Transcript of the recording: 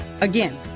Again